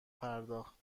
پرداخت